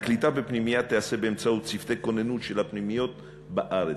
הקליטה בפנימייה תיעשה באמצעות צוותי כוננות של הפנימיות בארץ.